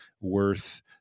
worth